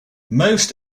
most